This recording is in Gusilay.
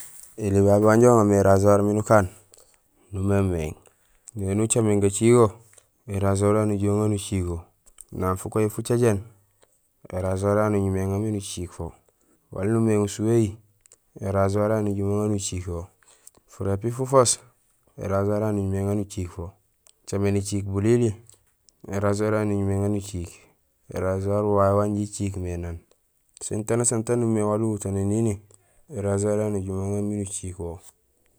Ēli babé wanja uŋamé é rasoir miin ukaan, numémééŋ, néni ucaméén gacigo, é rasoir yayu nujuhé uŋaar yo nucigo, nang fukoyi fucajéén, é rasoir yayu nuñumé éŋaar miin uciik fo, waal numééŋ nusuwéhi, é rasoir nujumé uŋaar nuciik wo, furépi fufoos, é rasoir yayu nuñumé éŋaar nuciik fo, ucaméén éciik bulili, é rasoir yayu nuñumé éŋaar nuciik. Ē rasoir wo wawé wanja éciik mé, siin tanusaan taan umimé waal uwuto nénini, é rasoir yayu nujumé uŋaar nuciik wo.